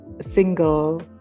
single